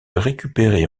récupérés